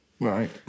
right